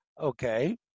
Okay